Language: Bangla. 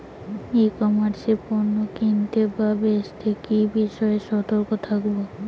ই কমার্স এ পণ্য কিনতে বা বেচতে কি বিষয়ে সতর্ক থাকব?